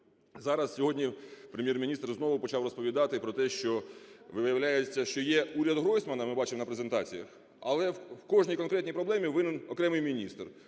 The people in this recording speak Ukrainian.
Зараз сьогодні Прем’єр-міністр знову почав розповідати про те, що виявляється, що є урядГройсмана, ми бачимо на презентаціях, але в кожній конкретній проблемі винен окремий міністр.